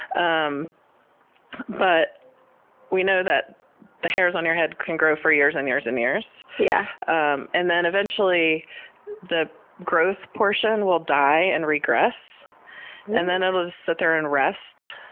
um but we know that the hairs on your head can grow for years and years and years yeah and and then eventually the growth portion will die and regress and then it'll just sit there and rest.